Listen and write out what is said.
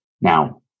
Now